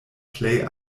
plej